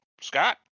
Scott